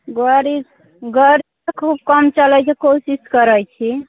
गड़ी गड़ी तऽ खूब कम चलबैके कोशिश करैत छी